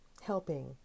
helping